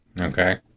Okay